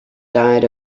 died